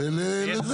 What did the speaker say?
מה?